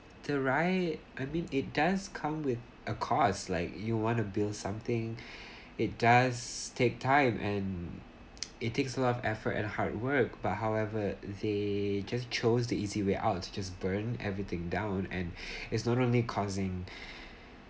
the right I mean it does come with a cause like you want to build something it does take time and it takes a lot of effort and hard work but however they just chose the easy way out to just burn everything down and it's not only causing